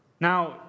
now